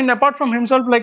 and apart from himself, like